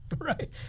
Right